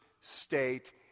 state